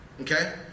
Okay